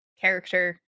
character